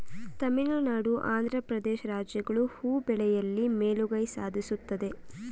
ತಮಿಳುನಾಡು, ಆಂಧ್ರ ಪ್ರದೇಶ್ ರಾಜ್ಯಗಳು ಹೂ ಬೆಳೆಯಲಿ ಮೇಲುಗೈ ಸಾಧಿಸುತ್ತದೆ